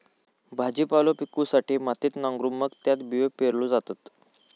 भाजीपालो पिकवूसाठी मातीत नांगरून मग त्यात बियो पेरल्यो जातत